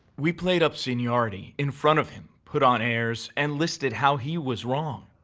we played up seniority in front of him, put on airs, and listed how he was wrong.